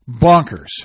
bonkers